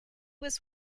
was